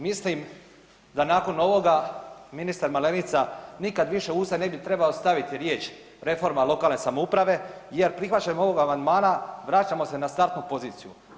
Mislim da nakon ovoga ministar Malenica nikad više u usta trebao staviti riječ reforma lokalne samouprave jer prihvaćanjem ovog amandmana vraćamo se na startnu poziciju.